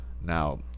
Now